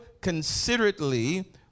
considerately